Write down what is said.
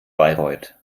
bayreuth